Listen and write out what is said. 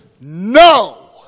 no